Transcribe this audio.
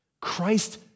Christ